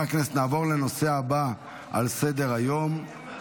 כי הצעת חוק לתיקון ולהארכת תוקפן של תקנות שעת חירום (חרבות ברזל)